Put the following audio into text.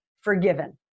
forgiven